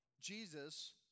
Jesus